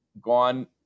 gone